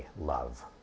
love